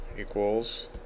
equals